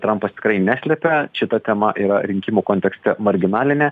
trampas tikrai neslepia šita tema yra rinkimų kontekste marginalinė